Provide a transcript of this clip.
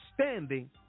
standing